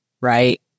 Right